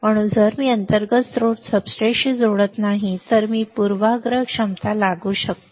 म्हणून जर मी अंतर्गत स्रोत सब्सट्रेटशी जोडत नाही तर मी पूर्वाग्रह क्षमता लागू करतो